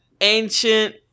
ancient